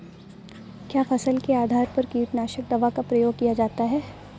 क्या फसल के आधार पर कीटनाशक दवा का प्रयोग किया जाता है?